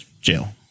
jail